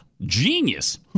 Genius